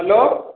hello